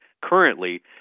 currently